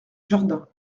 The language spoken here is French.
jardin